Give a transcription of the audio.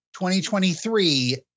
2023